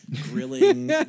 Grilling